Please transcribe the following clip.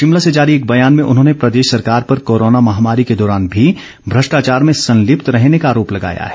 शिमला से जारी एक बयान में उन्होंने प्रदेश सरकार पर कोरोना महामारी के दौरान भी भ्रष्टाचार में संलिप्त रहने का आरोप लगाया है